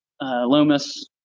Loomis